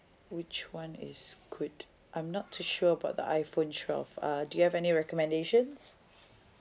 which one is good I'm not too sure about the iphone twelve uh do you have any recommendations